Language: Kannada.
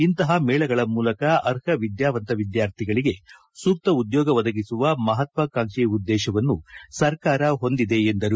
ಇಂತಪ ಮೇಳಗಳ ಮೂಲಕ ಅರ್ಹ ವಿದ್ಯಾವಂತ ವಿದ್ಯಾರ್ಥಿಗಳಿಗೆ ಸೂತ್ತ ಉದ್ಯೋಗ ಒದಗಿಸುವ ಮಪತ್ವಾಕಾಂಕ್ಷಿ ಉದ್ದೇಶವನ್ನು ಸರ್ಕಾರ ಹೊಂದಿದೆ ಎಂದರು